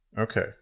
Okay